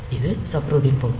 இது சப்ரூட்டீன் பகுதி